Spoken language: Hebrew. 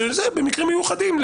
במקרים מיוחדים,